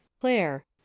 Claire